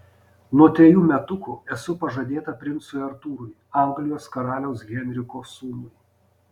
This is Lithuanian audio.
nuo trejų metukų esu pažadėta princui artūrui anglijos karaliaus henriko sūnui